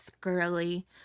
girly